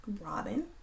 Robin